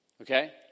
Okay